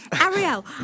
Ariel